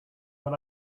but